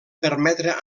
permetre